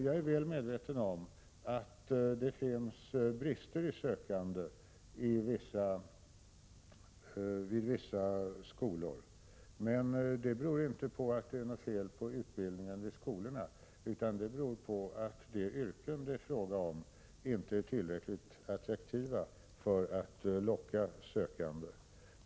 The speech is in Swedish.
Jag är väl medveten om att det finns brister hos sökande vid vissa skolor, men det beror inte på att det är något fel på utbildningen vid skolorna utan på att de yrken som det är fråga om inte är tillräckligt attraktiva för att locka sökande.